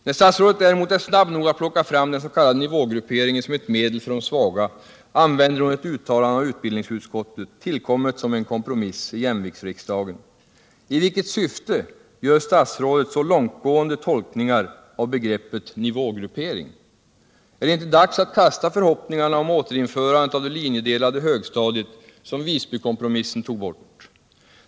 När statsrådet däremot är snabb nog att plocka fram den s.k. nivågrupperingen som ett medel för de svaga, använder hon ett uttalande av utbildningsutskottet, tillkommet som en kompromiss i jämviktsriksdagen. I vilket syfte gör statsrådet så långtgående tolkningar av begreppet nivågruppering? Är det inte dags att kasta förhoppningarna om återinförandet av det linjedelade högstadiet, som Visbykompromissen tog bort?